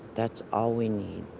that's all we need.